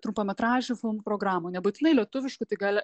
trumpametražių filmų programų nebūtinai lietuviškų tai gali